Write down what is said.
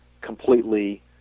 completely